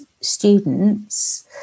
students